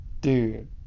Dude